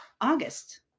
August